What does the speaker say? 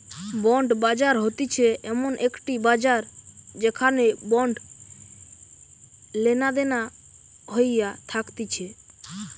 bond বাজার হতিছে এমন একটি বাজার যেখানে বন্ড লেনাদেনা হইয়া থাকতিছে